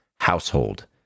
household